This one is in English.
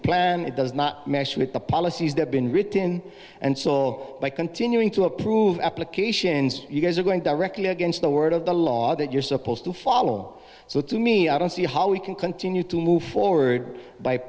plan it does not mesh with the policies that been written and sold by continuing to approve applications you guys are going directly against the word of the law that you're supposed to follow so to me i don't see how we can continue to move forward by